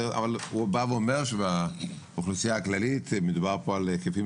אבל הוא בא ואומר שבאוכלוסייה הכללית מדובר פה על היקפים